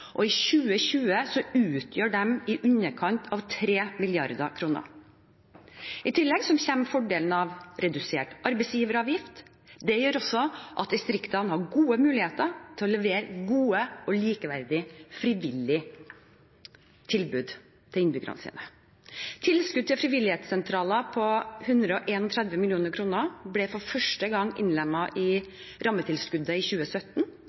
og i 2020 utgjør de i underkant av 3 mrd. kr. I tillegg kommer fordelen av redusert arbeidsgiveravgift. Det gjør også at distriktene har gode muligheter til å levere gode og likeverdige frivillige tilbud til innbyggerne sine. Tilskudd til frivilligsentraler på 131 mill. kr ble for første gang innlemmet i rammetilskuddet i 2017.